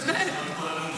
באמת.